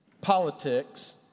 Politics